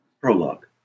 Prologue